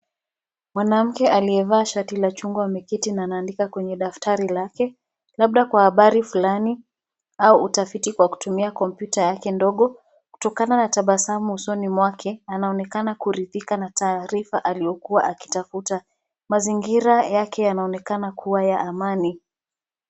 Mwanamke aliyevaa shati la chungwa ameketi na anaandika kwenye daftari lake. Labda kwa habari fulani au utafiti kwa kutumia kompyuta yake ndogo. Kutokaa na tabasamu ya usoni mwake anaonekana kuridhika na taarifa aliyokuwa akitafuta. Mazingira yake yanaonekana kuwa ya amani.